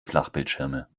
flachbildschirme